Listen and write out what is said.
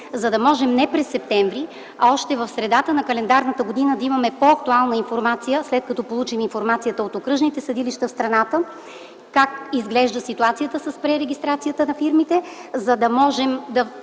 за да можем не през септември, а още в средата на календарната година да имаме по-актуална информация. След като получим информацията от окръжните съдилища в страната как изглежда ситуацията с пререгистрацията на фирмите, ще можем да